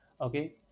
Okay